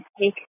take